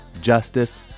justice